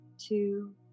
two